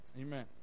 amen